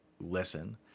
listen